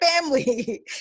family